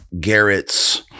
Garrett's